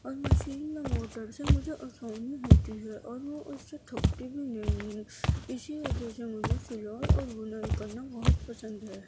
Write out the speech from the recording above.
اور مشین میں موٹر سے مجھے آسانی ہوتی ہے اور میں اس سے تھکتی بھی نہیں ہوں اسی وجہ سے مجھے سلائی اور بنائی کرنا بہت پسند ہے